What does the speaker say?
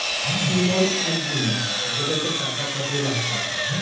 ইমন এক জিনিস যেটাতে টাকা খাটিয়ে লাভ করা হয়